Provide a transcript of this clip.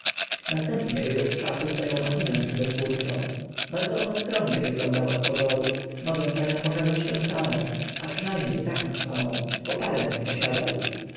następnie wy ął z sza swo ą machinę cudotwórczą bardzo ona skromnie wyglądała z pozoru mogę paniom pokazać tę samą a przyna mnie taką samą bo parę ich posiadał